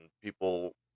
people